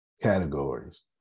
categories